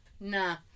nah